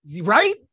right